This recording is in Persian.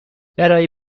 برای